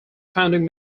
founding